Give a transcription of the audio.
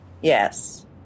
Yes